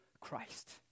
Christ